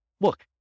look